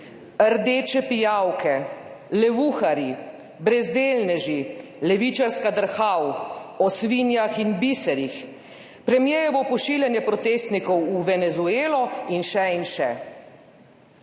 rdeče pijavke, lenuharji, brezdelneži, levičarska drhal, o svinjah in biserih. Premierjevo pošiljanje protestnikov v Venezuelo in še in še.